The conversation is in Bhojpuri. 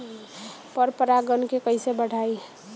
पर परा गण के कईसे बढ़ाई?